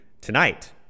tonight